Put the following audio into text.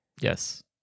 Yes